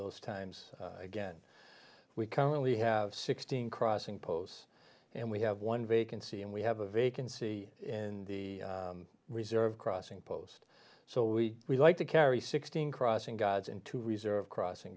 those times again we currently have sixteen crossing posts and we have one vacancy and we have a vacancy in the reserve crossing post so we would like to carry sixteen crossing guards into reserve crossing